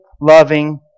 loving